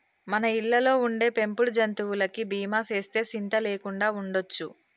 మన ఇళ్ళలో ఉండే పెంపుడు జంతువులకి బీమా సేస్తే సింత లేకుండా ఉండొచ్చు